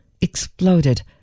exploded